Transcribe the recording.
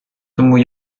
тому